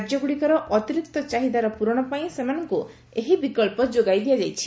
ରାଜ୍ୟଗୁଡ଼ିକର ଅତିରିକ୍ତ ଚାହିଦାର ପୂରଣ ପାଇଁ ସେମାନଙ୍କୁ ଏହି ବିକଳ୍ପ ଯୋଗାଇ ଦିଆଯାଉଛି